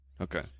Okay